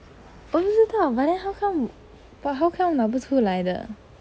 我不知道 but then how come but how come 我拿不出来的